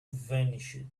vanished